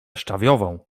szczawiową